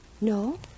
No